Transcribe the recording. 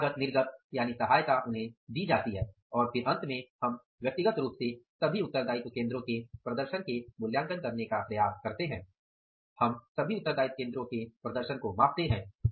सभी आगत निर्गत यानि सहायता उन्हें दी जाती है और फिर अंत में हम व्यक्तिगत रूप से सभी उत्तरदायित्व केंद्रों के प्रदर्शन का मूल्यांकन करने का प्रयास करते हैं